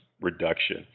reduction